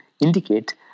indicate